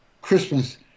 Christmas